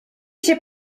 się